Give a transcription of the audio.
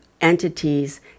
entities